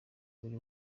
buri